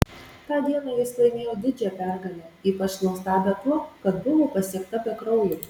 tą dieną jis laimėjo didžią pergalę ypač nuostabią tuo kad buvo pasiekta be kraujo